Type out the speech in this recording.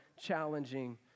challenging